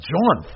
John